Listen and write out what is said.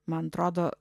man atrodo